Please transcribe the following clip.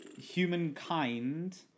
humankind